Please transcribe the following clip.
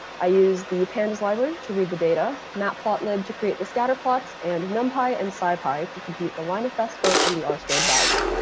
i use the pandas library to read the data, matplotlib to create the scatter plots, and numpy and scipy to compute the line of best fit and the r squared value.